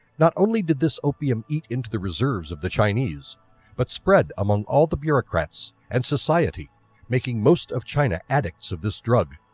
not only did this opium eat into the reserves of the chinese but spread among all the bureaucrats and society making most of china addicts of this drug.